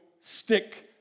stick